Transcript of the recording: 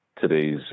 today's